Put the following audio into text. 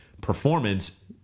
performance